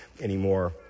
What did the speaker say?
anymore